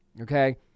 okay